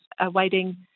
awaiting